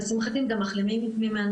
לשמחתי הם גם מחלימים ממנו,